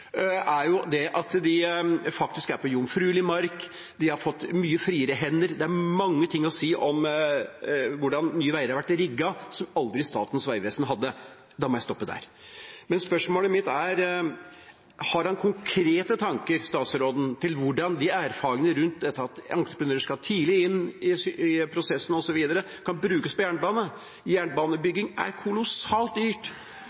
at de er på jomfruelig mark, og at de har fått mye friere hender. Det er mye å si om hvordan Nye veier har vært rigget, som Statens vegvesen aldri var. Jeg må stoppe der. Spørsmålet mitt er: Har statsråden noen konkrete tanker om hvordan de erfaringene, f.eks. at entreprenører skal tidlig inn i prosessen, osv., kan brukes innenfor jernbanen? Jernbanebygging er kolossalt dyrt.